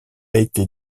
été